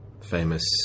famous